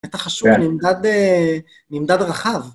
את החשוב נמדד אה.. נמדד רחב.